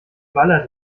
ballert